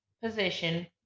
position